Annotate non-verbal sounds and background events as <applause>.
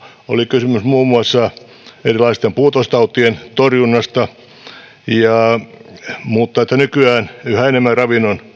oli kysymys muun muassa erilaisten puutostautien torjunnasta mutta nykyään yhä enemmän ravinnon <unintelligible>